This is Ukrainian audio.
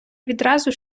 відразу